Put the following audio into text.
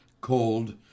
cold